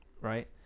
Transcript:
Right